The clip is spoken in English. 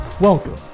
Welcome